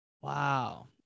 Wow